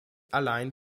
allein